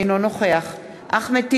אינו נוכח אחמד טיבי,